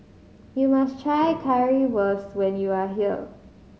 you must try Currywurst when you are here